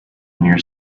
near